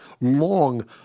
long